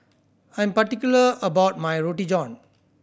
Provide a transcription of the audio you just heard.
I am particular about my Roti John